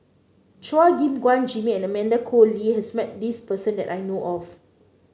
Chua Gim Guan Jimmy and Amanda Koe Lee has met this person that I know of